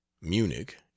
Munich